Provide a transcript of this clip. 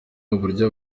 uburyo